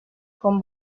con